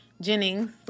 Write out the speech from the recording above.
Jennings